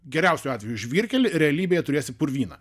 geriausiu atveju žvyrkelį realybėje turėsi purvyną